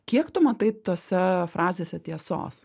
kiek tu matai tose frazėse tiesos